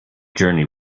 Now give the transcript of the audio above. journey